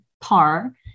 par